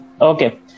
Okay